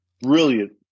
brilliant